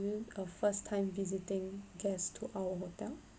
a first time visiting guest to our hotel